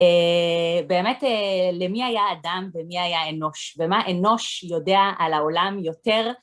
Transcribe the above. באמת, למי היה אדם ומי היה אנוש, ומה אנוש יודע על העולם יותר?